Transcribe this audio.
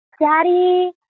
Daddy